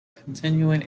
continuing